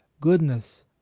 goodness